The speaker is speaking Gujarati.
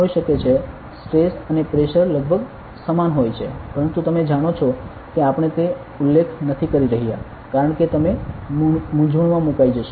સ્ટ્રેસ અને પ્રેશર લગભગ સમાન હોય છે પરંતુ તમે જાણો છો કે આપણે તે ઉલ્લેખ નથી કરી રહ્યા કારણ કે તમે મૂંઝવણમાં મુકાઇ જશો